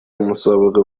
مسابقه